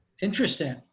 Interesting